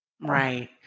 Right